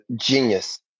genius